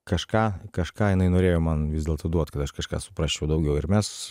kažką kažką jinai norėjo man vis dėlto duot kažką suprasčiau daugiau ir mes